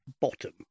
bottom